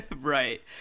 Right